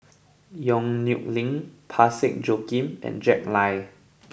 Yong Nyuk Lin Parsick Joaquim and Jack Lai